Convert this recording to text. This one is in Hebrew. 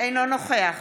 אינו נוכח